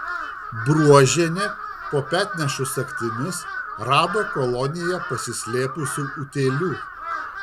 bruožienė po petnešų sagtimis rado koloniją pasislėpusių utėlių